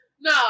no